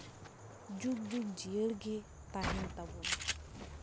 ᱡᱩᱜᱽ ᱡᱩᱜᱽ ᱡᱤᱭᱟᱹᱲ ᱜᱮ ᱛᱟᱦᱮᱱ ᱛᱟᱵᱳᱱᱟ